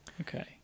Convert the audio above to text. okay